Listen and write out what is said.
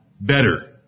better